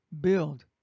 build